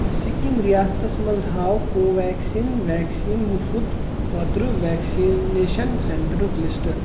سِکِم ریاستس منٛز ہاو کو ویٚکسیٖن ویکسیٖن مُفٕط خٲطرٕ ویکسِنیشن سینٹرُک لسٹ